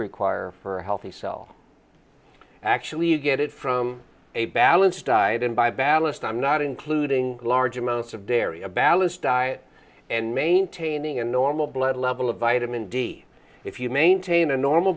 require for a healthy cell actually you get it from a balanced diet and by balanced i'm not including large amounts of dairy a balanced diet and maintaining a normal blood level of vitamin d if you maintain a normal